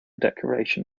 declaration